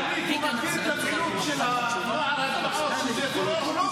עמית מגדיר את המציאות של נוער הגבעות כטרור?